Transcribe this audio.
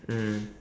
mmhmm